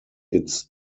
its